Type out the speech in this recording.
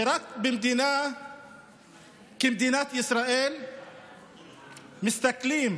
רק במדינה כמדינת ישראל מסתכלים